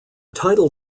title